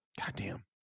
goddamn